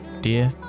dear